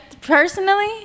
personally